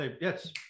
yes